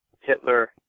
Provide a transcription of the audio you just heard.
hitler